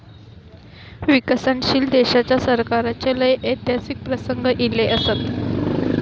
विकसनशील देशाच्या सरकाराचे लय ऐतिहासिक प्रसंग ईले असत